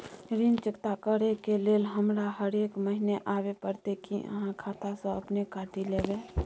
ऋण चुकता करै के लेल हमरा हरेक महीने आबै परतै कि आहाँ खाता स अपने काटि लेबै?